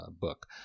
book